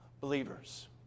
believers